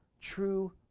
True